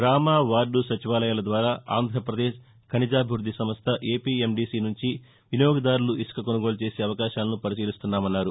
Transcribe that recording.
గ్రామ వార్దు సచివాలయాల ద్వారా ఆంధ్రప్రదేశ్ ఖనిజాభివృద్ధి సంస్ల ఏపీఎందీసీ నుంచి వినియోగదారులు ఇసుక కొనుగోలు చేసే అవకాశాలను పరిశీలిస్తున్నామన్నారు